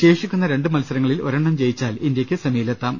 ശേഷി ക്കുന്ന രണ്ട് മത്സരങ്ങളിൽ ഒരെണ്ണം ജയിച്ചാൽ ഇന്ത്യക്ക് സെമിയിലെത്താം